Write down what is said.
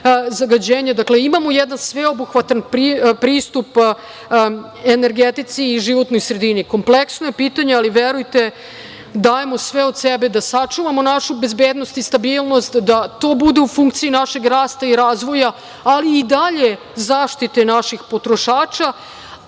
zagađenje. Dakle, imamo jedan sveobuhvatan pristup energetici i životnoj sredini. Kompleksno je pitanje, ali verujte, dajemo sve od sebe da sačuvamo našu bezbednost i stabilnost, da to bude u funkciji našeg rasta i razvoja, ali i dalje zaštite naših potrošača